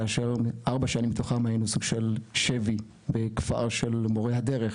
כאשר 4 שנים מתוכם היינו בסוג של שבי בכפר של מורי הדרך